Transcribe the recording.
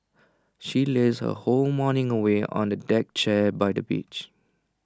she lazed her whole morning away on A deck chair by the beach